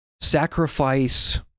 sacrifice